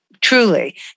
truly